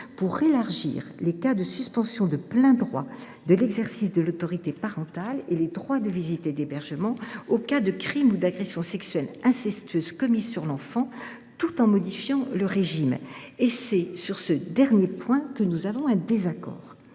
pour élargir les cas de suspension de plein droit de l’exercice de l’autorité parentale et les droits de visite et d’hébergement aux cas de crime ou d’agression sexuelle incestueuse commis sur l’enfant, tout en modifiant le régime. C’est sur ce dernier point que nous avons un désaccord.